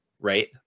right